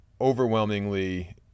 overwhelmingly